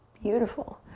beautiful.